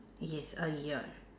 yes a year